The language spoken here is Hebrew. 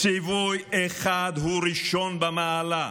ציווי אחד הוא ראשון במעלה,